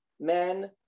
men